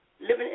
living